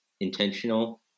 intentional